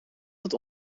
dat